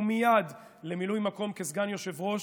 ומייד למילוי מקום כסגן יושב-ראש,